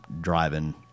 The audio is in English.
driving